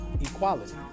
equality